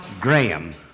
Graham